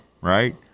right